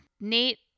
Nate